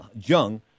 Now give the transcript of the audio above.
Jung